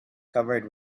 covered